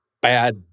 bad